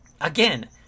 again